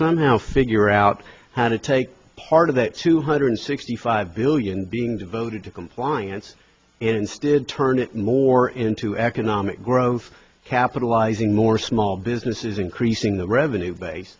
somehow figure out how to take part of that two hundred sixty five billion being devoted to compliance instead turn it more into economic growth capitalizing more small businesses increasing the revenue base